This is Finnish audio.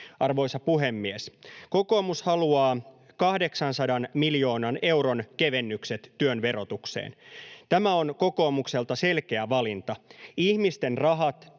Arvoisa puhemies! Kokoomus haluaa 800 miljoonan euron kevennykset työn verotukseen. Tämä on kokoomukselta selkeä valinta. Ihmisten rahat